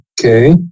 Okay